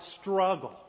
struggle